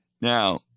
Now